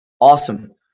Awesome